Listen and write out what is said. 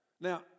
Now